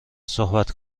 صحبت